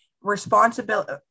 responsibility